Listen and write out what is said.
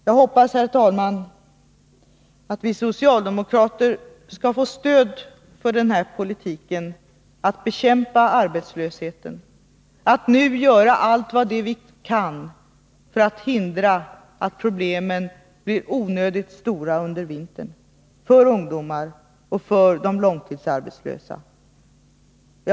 Jag hoppas, herr talman, att vi socialdemokrater skall få stöd inte bara från våra egna ledamöter här i kammaren utan från hela riksdagen när det gäller att föra en politik som går ut på att bekämpa arbetslösheten.